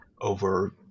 over